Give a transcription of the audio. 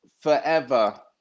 forever